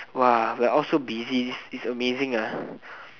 !wah! we are all so busy it's it's amazing ah